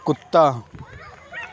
کتا